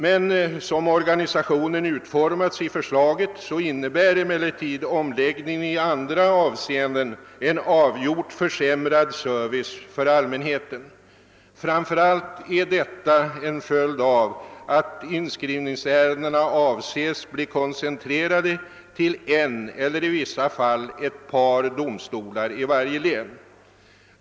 Men så som organisationen utformats i förslaget innebär emellertid omläggningen i andra avse enden en avgjort försämrad service för allmänheten. Framför allt är detta en följd av att inskrivningsärendena avses bli koncentrerade till en eller i vissa fall ett par domstolar i varje län.